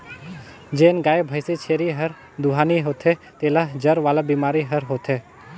जेन गाय, भइसी, छेरी हर दुहानी होथे तेला जर वाला बेमारी हर होथे